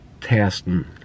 testing